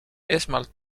esmalt